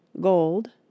GOLD